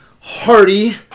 hearty